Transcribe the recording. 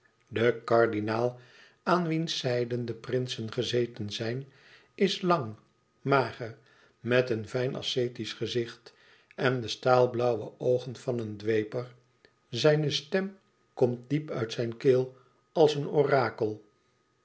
de kardinaal aan wiens zijden de prinsen gezeten zijn is lang mager met een fijn ascetisch gezicht en de staalblauwe oogen van een dweper zijne stem komt diep uit zijn keel als een orakel